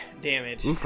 damage